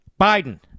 Biden